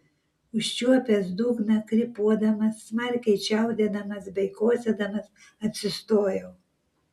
užčiuopęs dugną krypuodamas smarkiai čiaudėdamas bei kosėdamas atsistojau